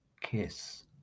kiss